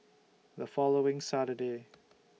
The following Saturday